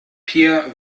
peer